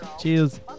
Cheers